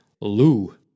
Lou